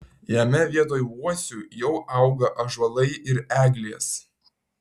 jame vietoj uosių jau auga ąžuolai ir eglės